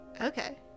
okay